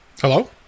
Hello